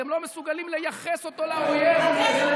אתם לא מסוגלים לייחס אותו לאויב.